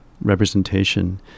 representation